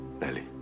Nelly